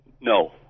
No